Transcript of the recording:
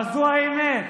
אבל זו האמת.